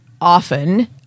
often